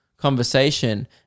Conversation